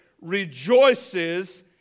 rejoices